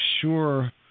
sure